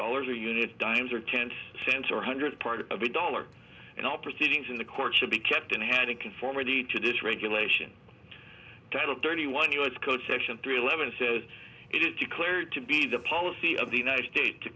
dollars or units dimes or ten cents or hundred part of a dollar and all proceedings in the court should be kept in hand in conformity to this regulation title thirty one u s code section three eleven says it is declared to be the policy of the united states to